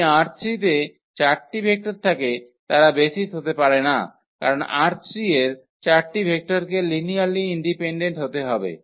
যদি ℝ3 তে 4 টি ভেক্টর থাকে তারা বেসিস হতে পারে না কারন ℝ3 এর 4 টি ভেক্টরকে লিনিয়ারলি ডিপেন্ডেন্ট হতে হবে